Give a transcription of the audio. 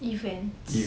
events